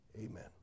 Amen